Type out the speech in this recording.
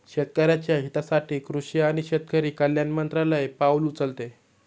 शेतकऱ्याच्या हितासाठी कृषी आणि शेतकरी कल्याण मंत्रालय पाउल उचलते